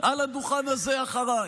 על הדוכן הזה אחריי,